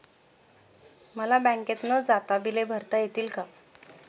मला बँकेत न जाता बिले भरता येतील का?